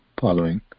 following